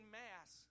mass